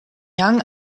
young